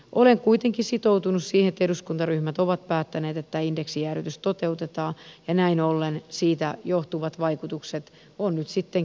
olen kuitenkin sitoutunut siihen että eduskuntaryhmät ovat päättäneet että indeksijäädytys toteutetaan ja näin ollen siitä johtuvat vaikutukset on nyt kestettävä